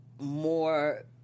more